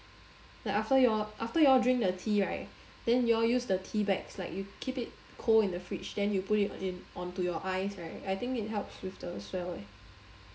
like after you all after you all drink the tea right then you all use the teabags like you keep it cold in the fridge then you put it in onto your eyes right I think it helps with the swell eh